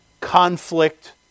conflict